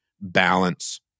balance